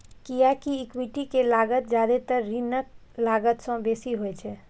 कियैकि इक्विटी के लागत जादेतर ऋणक लागत सं बेसी होइ छै